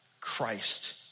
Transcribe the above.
Christ